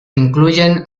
incluyen